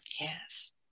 Yes